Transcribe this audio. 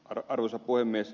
arvoisa puhemies